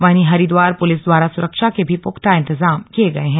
वही हरिद्वार पुलिस द्वारा सुरक्षा के भी पुख्ता इंतजाम किए गए हैं